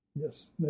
Yes